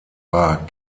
war